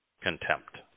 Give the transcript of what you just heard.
contempt